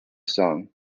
song